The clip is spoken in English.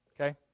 okay